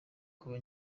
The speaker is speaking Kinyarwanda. kuba